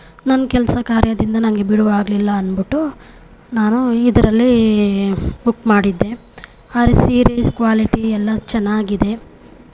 ನನ್ನ ಕೆಲಸ ಕಾರ್ಯದಿಂದ ನನಗೆ ಬಿಡುವಾಗಲಿಲ್ಲ ಅಂದ್ಬಿಟ್ಟು ನಾನು ಇದರಲ್ಲಿ ಬುಕ್ ಮಾಡಿದ್ದೆ ಆದರೆ ಸೀರೆ ಕ್ವಾಲಿಟಿ ಎಲ್ಲ ಚೆನ್ನಾಗಿದೆ